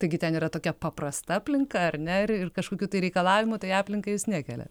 taigi ten yra tokia paprasta aplinka ar ne ir kažkokių tai reikalavimų tai aplinkai jūs nekeliat